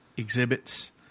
exhibits